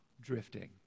drifting